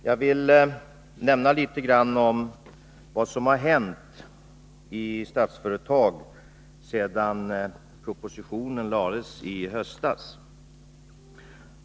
Fru talman! Jag vill nämna litet om vad som hänt i Statsföretag sedan propositionen lades fram i höstas.